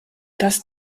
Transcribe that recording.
das